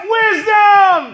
wisdom